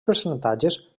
percentatges